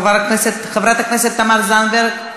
חברת הכנסת תמר זנדברג,